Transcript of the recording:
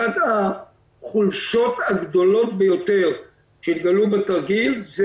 אחת החולשות הגדולות ביותר שהתגלו בתרגיל זה